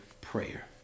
prayer